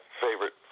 favorite